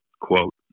quote